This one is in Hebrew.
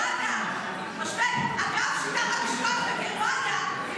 אתה משווה אותי לגרמניה?